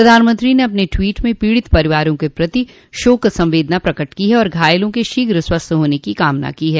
प्रधानमंत्री ने अपने ट्वीट में पीड़ित परिवारों के प्रति शोक संवेदना प्रकट की है और घायलों के शीघ्र स्वस्थ होने की कामना की है